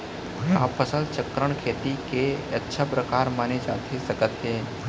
का फसल चक्रण, खेती के अच्छा प्रकार माने जाथे सकत हे?